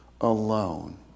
alone